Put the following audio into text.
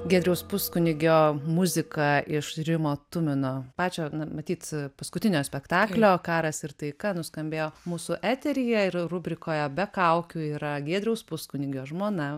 giedriaus puskunigio muzika iš rimo tumino pačio matyt paskutinio spektaklio karas ir taika nuskambėjo mūsų eteryje ir rubrikoje be kaukių yra giedriaus puskunigio žmona